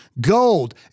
gold